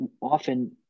Often